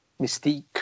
Mystique